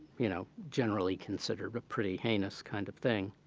you know, generally considered but pretty heinous kind of thing.